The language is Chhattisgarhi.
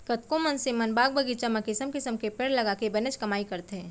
कतको मनसे मन बाग बगीचा म किसम किसम के पेड़ लगाके बनेच कमाई करथे